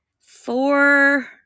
four